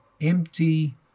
empty